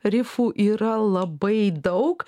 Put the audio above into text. rifų yra labai daug